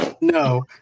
No